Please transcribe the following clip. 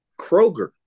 Kroger